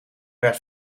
werd